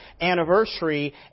anniversary